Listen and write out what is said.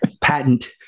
Patent